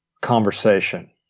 conversation